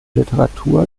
literatur